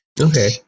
Okay